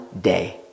day